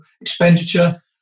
expenditure